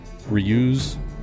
reuse